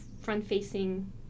front-facing